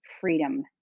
freedom